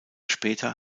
später